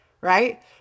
right